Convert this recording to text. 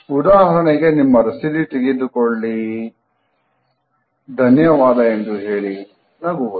ಉದಾಹರಣೆಗೆ ನಿಮ್ಮ ರಸೀದಿ ತೆಗೆದುಕೊಳ್ಳಿ ಧನ್ಯವಾದ ಎಂದು ಹೇಳಿ ನಗುವುದು